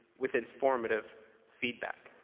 with informative feedback.